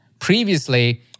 Previously